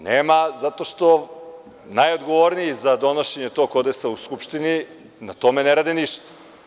Nema, zato što najodgovorniji za donošenje tog kodeksa u Skupštini na tome ne rade ništa.